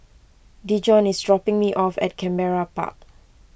Dejon is dropping me off at Canberra Park